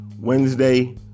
Wednesday